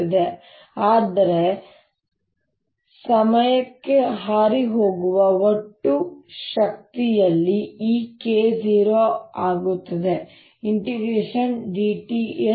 0ddt ಆದ್ದರಿಂದ ಸಮಯಕ್ಕೆ ಹಾರಿಹೋಗುವ ಒಟ್ಟು ಶಕ್ತಿಯಲ್ಲಿ ಈ K 0 ಆಗುತ್ತದೆ dt S